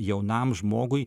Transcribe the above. jaunam žmogui